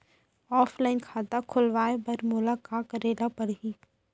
Offline खाता खोलवाय बर मोला का करे ल परही?